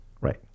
Right